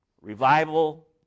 revival